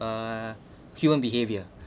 uh human behavior